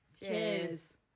Cheers